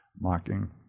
mocking